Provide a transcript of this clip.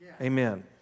Amen